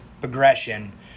progression